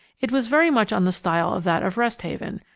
it was very much on the style of that of rest haven,